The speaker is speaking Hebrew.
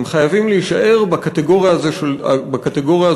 הם חייבים להישאר בקטגוריה הזאת של תורתם-אומנותם.